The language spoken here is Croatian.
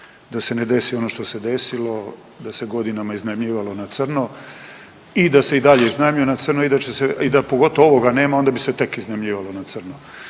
da se ne desi ono što se desilo da se godinama iznajmljivalo na crno i da se i dalje iznajmljuje na crno i da će i da pogotovo ovoga nema onda bi se tek iznajmljivalo na crno.